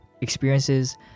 experiences